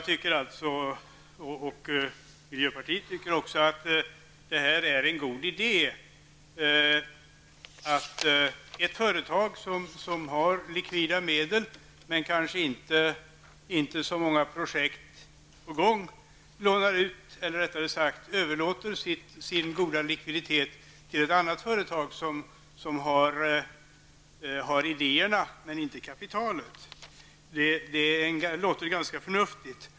Jag och miljöpartiet tycker att det är en god idé att ett företag som har likvida medel men kanske inte så många projekt på gång överlåter sin goda likviditet till ett annat företag, som har idéerna men inte kapitalet. Det låter ganska förnuftigt.